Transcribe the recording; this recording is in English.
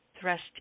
thrust